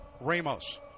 Ramos